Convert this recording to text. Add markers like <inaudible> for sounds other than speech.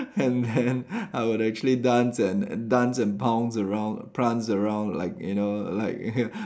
and then I would actually dance and and dance and pounce around prance around like you know like <laughs>